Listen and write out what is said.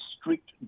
strict